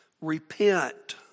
Repent